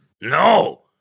No